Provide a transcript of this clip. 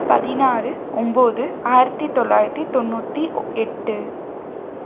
பதினாறு ஒம்பது ஆயிரத்தி தொள்ளாயிரத்தி தொண்ணூற்றி எட்டு